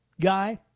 guy